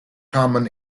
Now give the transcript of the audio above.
common